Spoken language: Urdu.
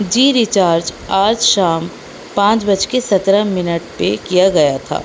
جی ریچارج آج شام پانچ بج کے سترہ منٹ پے کیا گیا تھا